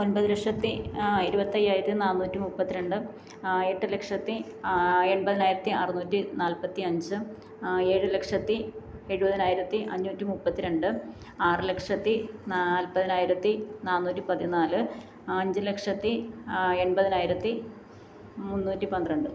ഒൻപത് ലക്ഷത്തി ഇരുപത്തയ്യായിരത്തി നാന്നൂറ്റി മുപ്പത്ത്രണ്ട് എട്ട് ലക്ഷത്തി എൺപതിനായിരത്തി അറുന്നൂറ്റി നാല്പത്തി അഞ്ച് ഏഴ് ലക്ഷത്തി എഴുപതിനായിരത്തി അഞ്ഞൂറ്റി മുപ്പത്തിരണ്ട് ആറ് ലക്ഷത്തി നാല്പതിനായിരത്തി നാനൂറ്റിപ്പതിനാല് അഞ്ചുലക്ഷത്തി എൺപതിനായിരത്തി മുന്നൂറ്റിപ്പന്ത്രണ്ട്